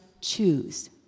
choose